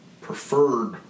preferred